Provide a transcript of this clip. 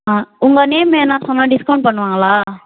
உங்கள் நேம் எதுனா சொன்னால் டிஸ்கவுண்ட் பண்ணுவாங்களா